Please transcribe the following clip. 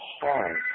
hard